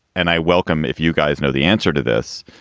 and i welcome if you guys know the answer to this,